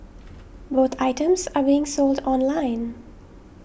both items are being sold online